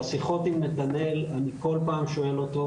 בשיחות עם נתנאל אני כל פעם שואל אותו,